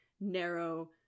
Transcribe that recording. narrow